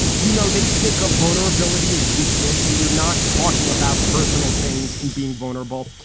you know, they think of vulnerability as weakness. and you're not talking about personal things in being vulnerable.